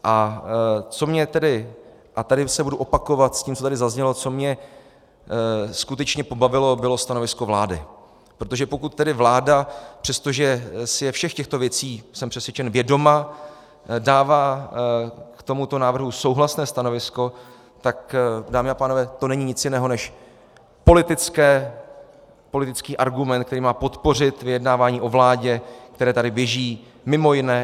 A co mě tedy a tady se budu opakovat s tím, co tady zaznělo skutečně pobavilo, bylo stanovisko vlády, protože pokud tedy vláda, přestože si je všech těchto věcí, jsem přesvědčen, vědoma, dává k tomuto návrhu souhlasné stanovisko, tak to, dámy a pánové, není nic jiného než politický argument, který má podpořit vyjednávání o vládě, které tady běží mimo jiné s KSČM.